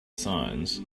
signs